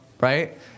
right